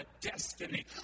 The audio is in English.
destiny